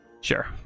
Sure